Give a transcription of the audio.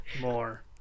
more